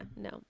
no